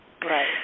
Right